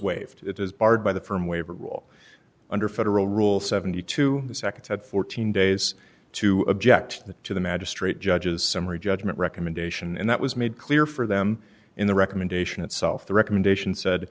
waived it is barred by the firm waiver rule under federal rule seventy two seconds had fourteen days to object to the magistrate judge's summary judgment recommendation and that was made clear for them in the recommendation itself the recommendation said